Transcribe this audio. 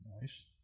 Nice